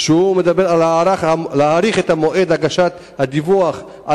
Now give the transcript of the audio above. מדבר על הארכת המועד להגשת הדיווח על